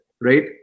right